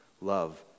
Love